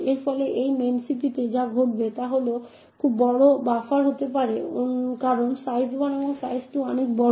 এর ফলে এই মেমসিপিতে যা ঘটবে তা হল খুব বড় বাফার হতে পারে কারণ সাইজ1 এবং সাইজ2 অনেক বড়